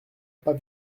pas